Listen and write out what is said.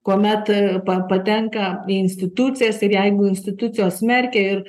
kuomet pa patenka į institucijas ir jeigu institucijos smerkia ir